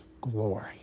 glory